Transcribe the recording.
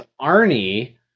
Arnie